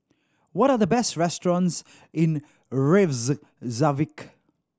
what are the best restaurants in